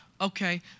Okay